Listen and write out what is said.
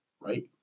right